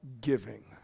giving